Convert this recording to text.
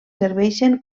serveixen